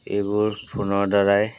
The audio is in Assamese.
এইবোৰ ফোনৰ দ্বাৰাই